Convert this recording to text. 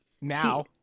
Now